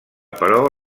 però